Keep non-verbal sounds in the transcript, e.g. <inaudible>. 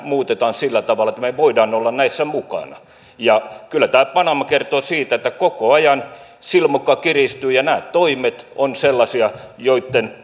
muutetaan sillä tavalla että me voimme olla näissä mukana kyllä tämä panama kertoo siitä että koko ajan silmukka kiristyy ja nämä toimet ovat sellaisia joitten <unintelligible>